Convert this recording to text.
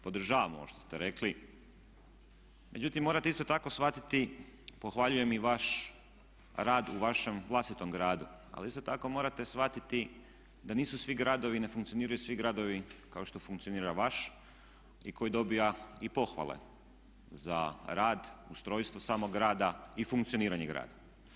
Podržavam ovo što ste rekli, međutim morate isto tako shvatiti pohvaljujem i vaš rad u vašem vlastitom gradu, ali isto tako morate shvatiti da nisu svi gradovi i ne funkcioniraju svi gradovi kao što funkcionira vaš koji dobiva i pohvale za rad, ustrojstvo samog grada i funkcioniranje grada.